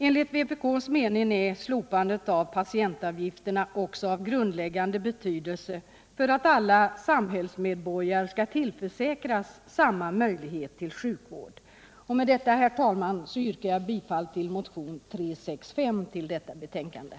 Enligt vpk:s mening är slopandet av patientavgifterna också av grundläggande betydelse för att alla samhällsmedborgare skall tillförsäkras samma möjlighet till sjukvård. Med detta, herr talman, yrkar jag bifall till motionen 365.